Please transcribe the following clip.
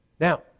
Now